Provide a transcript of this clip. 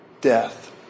death